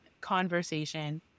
conversation